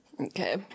Okay